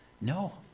No